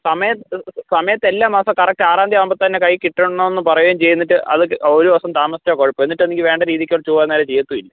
സമയത്ത് സമയത്തെല്ലാം മാസം കറക്റ്റ് ആറാം തീയതി ആകുമ്പോൾ തന്നെ കൈ കിട്ടണമെന്ന് പറയുകയും ചെയ്യും എന്നിട്ട് അത് ഒരു ദിവസം താമസിച്ചാൽ കുഴപ്പം എന്നിട്ടെനിക്ക് വേണ്ട രീതിക്ക് ചൊവ്വാ നേരെ ചെയ്യത്തുമില്ല